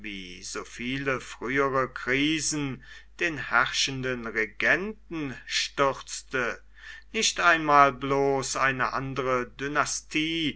so viele frühere krisen den herrschenden regenten stürzte nicht einmal bloß eine andere dynastie